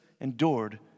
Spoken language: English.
endured